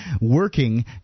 working